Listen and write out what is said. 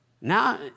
Now